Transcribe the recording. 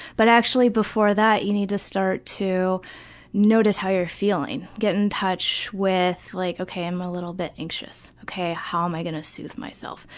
but actually before that you need to start to notice how you're feeling. get in touch with, like, ok i'm a little bit anxious. ok, how am i gonna soothe myself?